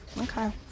Okay